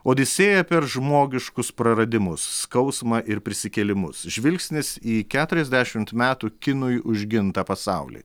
odisėja per žmogiškus praradimus skausmą ir prisikėlimus žvilgsnis į keturiasdešimt metų kinui užgintą pasaulį